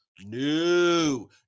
No